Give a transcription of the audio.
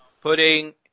putting